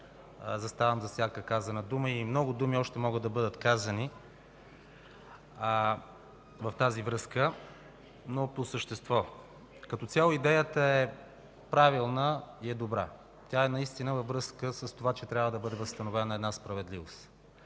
като факти колегата Андреев. Много думи още могат да бъдат казани в тази връзка, но по същество. Като цяло идеята е правилна и е добра. Тя наистина е във връзка с това, че трябва да бъде възстановена една справедливост.